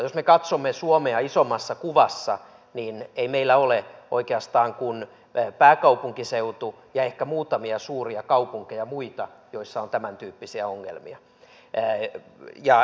jos me katsomme suomea isommassa kuvassa niin ei meillä ole oikeastaan kuin pääkaupunkiseutu ja ehkä muutamia suuria kaupunkeja muita joissa on tämäntyyppisiä ongelmia